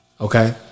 okay